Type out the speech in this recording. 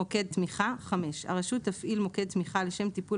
מוקד תמיכה 5. הרשות תפעיל מוקד תמיכה לשם טיפול